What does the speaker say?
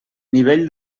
nivell